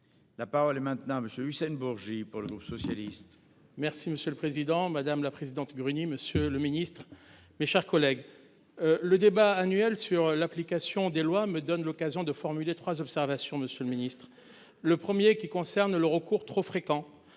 La parole est maintenant Monsieur Hussein Bourgi pour le groupe socialiste. Merci monsieur le président, madame la présidente Gruny, Monsieur le Ministre, mes chers collègues. Le débat annuel sur l'application des lois me donne l'occasion de formulé 3 observations Monsieur le Ministre, le 1er qui concerne le recours trop fréquent